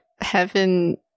heaven